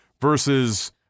versus